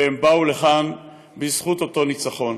והם באו לכאן בזכות אותו ניצחון.